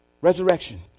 Resurrection